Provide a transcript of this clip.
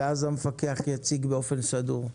ואז המפקח על הבנקים יציג באופן סדור.